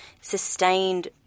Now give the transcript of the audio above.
sustained